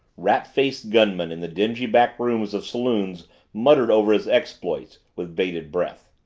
rat-faced gunmen in the dingy back rooms of saloons muttered over his exploits with bated breath.